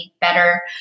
better